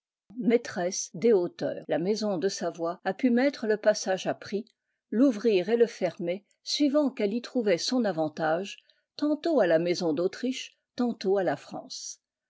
maîtresse des hauteurs la maison de savoie a pu mettre le passage à prix l'ouvrir et le fermer suivant qu'elle y trouvait son avantage tantôt à la maison d'autriche tantôt à la france